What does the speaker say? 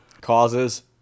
causes